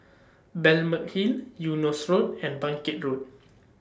Balmeg Hill Eunos Road and Bangkit Road